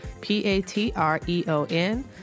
P-A-T-R-E-O-N